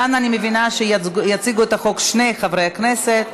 כאן אני מבינה שיציגו את החוק שני חברי כנסת,